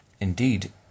indeed